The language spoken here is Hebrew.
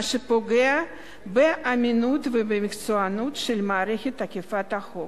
מה שפוגע באמינות ובמקצוענות של מערכת אכיפת החוק.